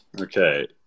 Okay